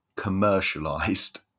commercialized